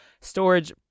storage